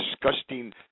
disgusting